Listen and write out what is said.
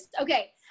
Okay